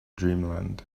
dreamland